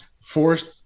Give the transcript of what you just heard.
forced